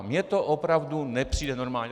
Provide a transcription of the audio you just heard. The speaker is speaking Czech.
Mně to opravdu nepřijde normální.